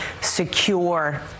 secure